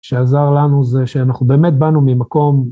שעזר לנו זה שאנחנו באמת באנו ממקום...